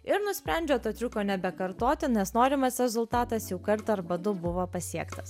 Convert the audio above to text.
ir nusprendžia to triuko nebekartoti nes norimas rezultatas jau kartą arba du buvo pasiektas